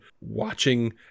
watching